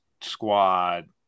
squad